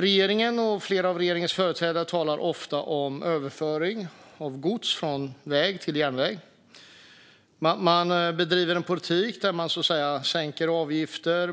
Regeringen och flera av regeringspartiernas företrädare talar ofta om överföring av gods från väg till järnväg. Man bedriver en politik där man sänker avgifter,